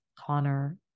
Connor